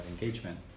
engagement